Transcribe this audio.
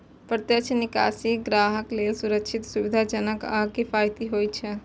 प्रत्यक्ष निकासी ग्राहक लेल सुरक्षित, सुविधाजनक आ किफायती होइ छै